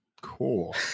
Cool